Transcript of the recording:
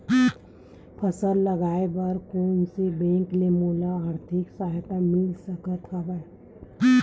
फसल लगाये बर कोन से बैंक ले मोला आर्थिक सहायता मिल सकत हवय?